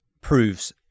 proves